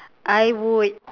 I would